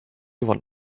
want